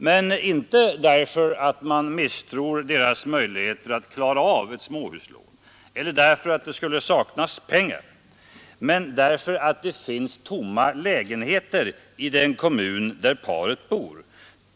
Men inte därför att man misstror deras möjligheter att klara av ett småhuslån eller därför att det skulle saknas pengar utan därför att det finns tomma lägenheter i den kommun där paret bor.